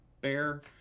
bear